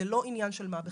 זה לא עניין של מה בכך,